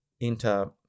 enter